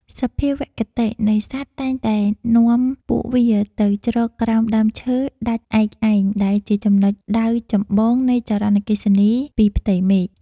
សភាវគតិនៃសត្វតែងតែនាំពួកវាទៅជ្រកក្រោមដើមឈើដាច់ឯកឯងដែលជាចំណុចដៅចម្បងនៃចរន្តអគ្គិសនីពីផ្ទៃមេឃ។